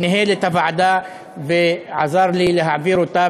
שניהל את הוועדה ועזר לי להעביר את ההצעה,